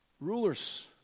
Rulers